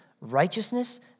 righteousness